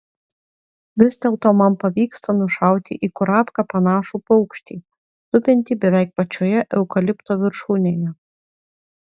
vis dėlto man pavyksta nušauti į kurapką panašų paukštį tupintį beveik pačioje eukalipto viršūnėje